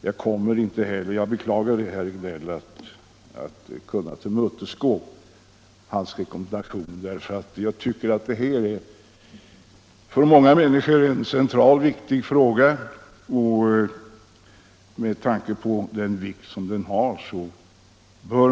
Jag beklagar att jag alltså inte kan följa herr Regnélls rekommendation.